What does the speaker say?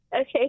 Okay